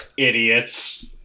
idiots